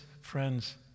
friends